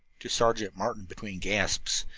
to sergeant martin, between gasps,